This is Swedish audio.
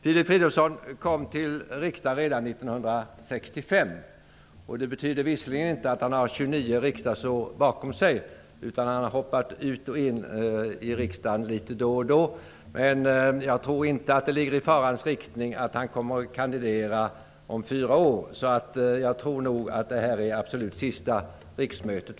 Filip Fridolfsson kom till riksdagen redan 1965. Det betyder visserligen inte att han har 29 riksdagsår bakom sig -- han har hoppat ut ur och in i riksdagen litet då och då -- men jag tror inte att han är inriktad på att kandidera om fyra år, och jag tror därför att detta är hans absolut sista riksmöte.